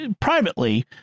privately